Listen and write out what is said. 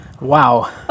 Wow